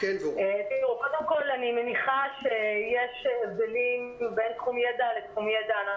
קודם כול אני מניחה שיש הבדלים בין תחום ידע לתחום ידע.